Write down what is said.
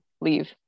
leave